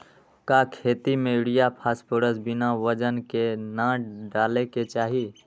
का खेती में यूरिया फास्फोरस बिना वजन के न डाले के चाहि?